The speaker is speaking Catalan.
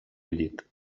llit